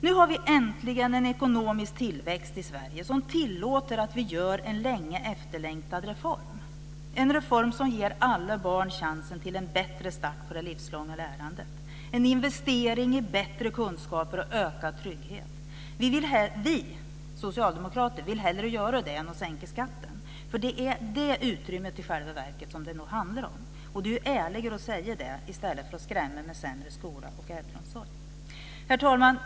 Nu har vi äntligen en ekonomisk tillväxt i Sverige som tillåter att vi genomför en länge efterlängtad reform, en reform som ger alla barn chansen till en bättre start på det livslånga lärandet, en investering i bättre kunskaper och ökad trygghet. Vi socialdemokrater vill hellre göra det än sänka skatten. För det är det utrymmet som det i själva verket handlar om. Det är ärligare att säga det i stället för att skrämma med sämre skola och äldreomsorg. Herr talman!